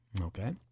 Okay